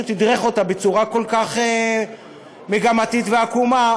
תדרך אותה בצורה כל כך מגמתית ועקומה,